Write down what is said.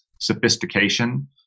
sophistication